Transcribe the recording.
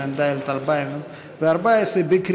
התשע"ד 2014,